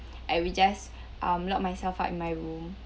I will just um lock myself up in my room